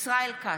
ישראל כץ,